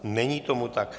Není tomu tak.